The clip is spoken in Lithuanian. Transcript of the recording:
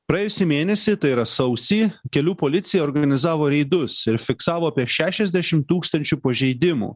praėjusį mėnesį tai yra sausį kelių policija organizavo reidus ir fiksavo apie šešiasdešim tūkstančių pažeidimų